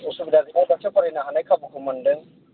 उसुबिदा जुगाव बांसिन फरायनो हानाय खाबुखौ मोनदों